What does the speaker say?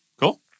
cool